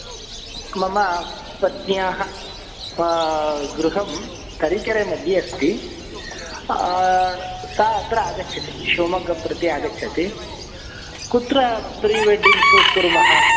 मम पत्न्याः गृहं तरीकेरे मध्ये अस्ति सा अत्र आगच्छति शिवमोग्गं प्रति आगच्छति कुत्र प्रीवेडिङ्ग् शूट् कुर्मः